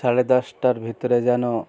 সাড়ে দশটার ভিতরে যেন